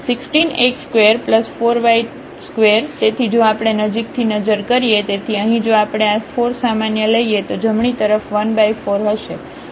16x24y2 તેથી જો આપણે નજીકથી નજર કરીએ તેથી અહીં જો આપણે આ 4 સામાન્ય લઈએ તો જમણી તરફ 14 હશે આ 4 x2 y2